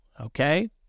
okay